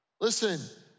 Listen